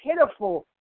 pitiful